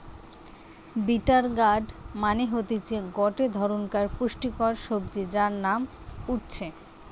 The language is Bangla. বিটার গার্ড মানে হতিছে গটে ধরণকার পুষ্টিকর সবজি যার নাম উচ্ছে